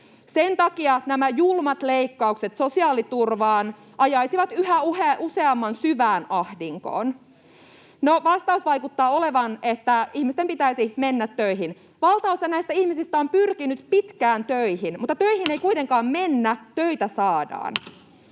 Sen takia nämä julmat leikkaukset sosiaaliturvaan ajaisivat yhä useamman syvään ahdinkoon. No, vastaus vaikuttaa olevan, että ihmisten pitäisi mennä töihin. Valtaosa näistä ihmisistä on pyrkinyt pitkään töihin, mutta töihin ei kuitenkaan mennä vaan töitä saadaan.